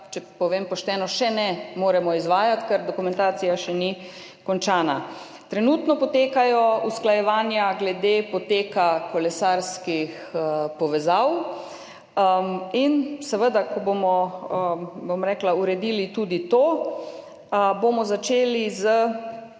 če povem pošteno, še ne moremo izvajati, ker dokumentacija še ni končana. Trenutno potekajo usklajevanja glede poteka kolesarskih povezav. Seveda, ko bomo uredili tudi to, bomo skupaj z